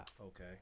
Okay